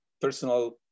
personal